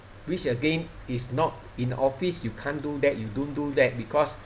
which again is not in office you can't do that you don't do that because